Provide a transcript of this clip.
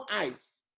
eyes